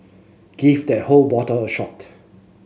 give that whole bottle a shot